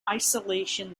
isolation